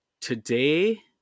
today